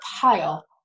pile